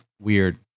weird